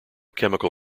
chemical